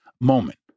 moment